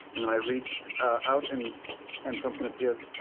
and and i reach out, and and frumpkin appears.